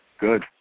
good